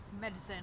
medicine